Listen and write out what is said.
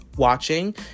watching